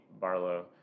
Barlow